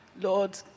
Lord